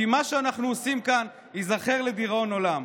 כי מה שאנחנו עושים כאן ייזכר לדיראון עולם".